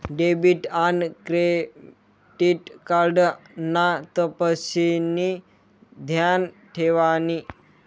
debit आन credit card ना तपशिनी ध्यान ठेवानी